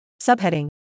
Subheading